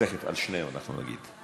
תכף, על שניהם אנחנו נגיד.